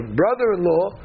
brother-in-law